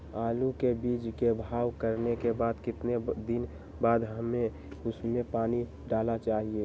आलू के बीज के भाव करने के बाद कितने दिन बाद हमें उसने पानी डाला चाहिए?